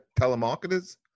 telemarketers